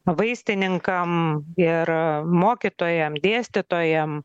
vaistininkam ir mokytojam dėstytojam